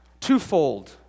twofold